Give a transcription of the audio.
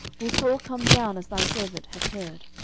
will saul come down, as thy servant hath heard?